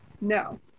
No